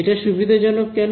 এটা সুবিধাজনক কেন